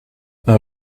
een